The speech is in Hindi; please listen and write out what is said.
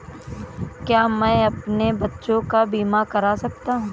क्या मैं अपने बच्चों का बीमा करा सकता हूँ?